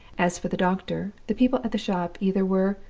as for the doctor, the people at the shop either were,